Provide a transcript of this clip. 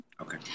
Okay